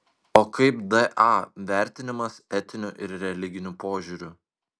o kaip da vertinimas etiniu ir religiniu požiūriu